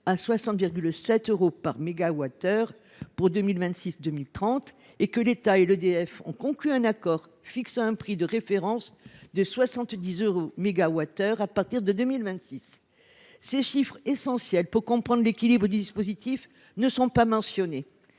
à 60,7 euros par mégawattheure pour 2026 2030, et que l’État et EDF ont conclu un accord fixant un prix de référence de 70 euros par mégawattheure à partir de 2026. Ces chiffres, essentiels pour comprendre l’équilibre du dispositif, ne sont pas mentionnés.